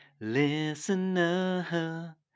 listener